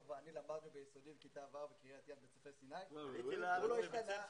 היחידה למאבק בגזענות הוקמה בהחלטת ממשלה